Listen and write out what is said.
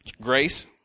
grace